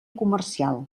comercial